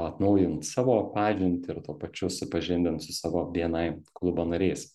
atnaujint savo pažintį ir tuo pačiu supažindint su savo bni klubo nariais